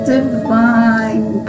Divine